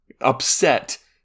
upset